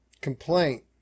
complaint